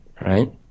right